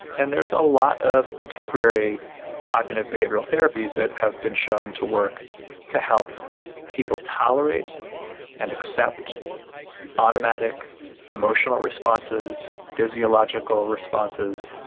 and there's a lot of contemporary cognitive behavioural therapies that have been shown to work to help people tolerate and accept automatic emotional responses, physiological responses,